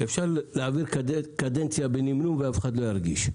אפשר להעביר קדנציה בנמנום ואף אחד לא ירגיש.